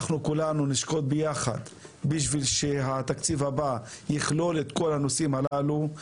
אנחנו כולנו נשקוד ביחד בשביל שהתקציב הבא יכלול את כל הנושאים הללו.